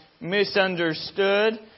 misunderstood